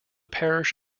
parish